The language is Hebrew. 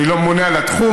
אני לא ממונה על התחום,